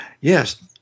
Yes